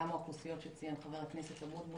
וגם בהקשר לאוכלוסיות שציין חבר הכנסת אבוטבול